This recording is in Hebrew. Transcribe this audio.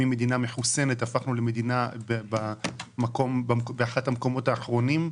ממדינה מחוסנת הפכנו למדינה באחד המקומות האחרונים,